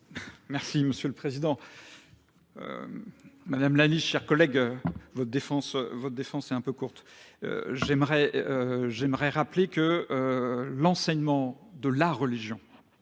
Merci Monsieur le Président. Madame l'Alliche, chers collègues, votre défense est un peu courte. J'aimerais rappeler que l'enseignement de la religion,